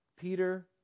peter